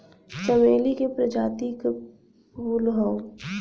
चमेली के प्रजाति क फूल हौ